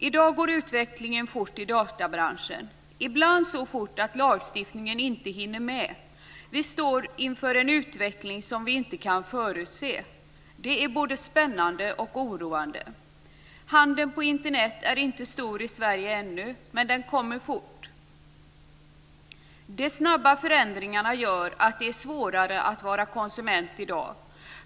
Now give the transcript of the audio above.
I dag går utvecklingen fort i databranschen, ibland så fort att lagstiftningen inte hinner med. Vi står inför en utveckling som vi inte kan förutse. Det är både spännande och oroande. Handeln på Internet är inte stor i Sverige ännu. Men den kommer fort. De snabba förändringarna gör att det är svårare att vara konsument i dag.